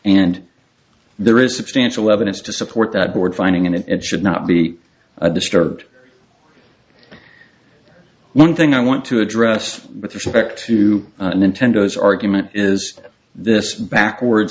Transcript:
and there is substantial evidence to support that board finding and it should not be disturbed one thing i want to address with respect to nintendo's argument is this backwards